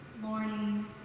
morning